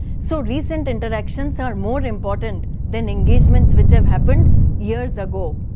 so recent interactions are more important than engagements which have happened years ago.